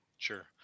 Sure